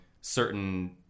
certain